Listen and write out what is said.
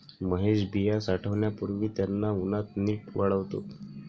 महेश बिया साठवण्यापूर्वी त्यांना उन्हात नीट वाळवतो